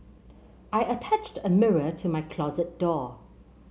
I attached a mirror to my closet door